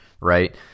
right